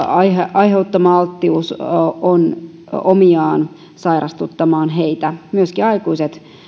aiheuttama alttius on on omiaan sairastuttamaan heitä myöskin aikuiset